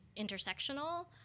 intersectional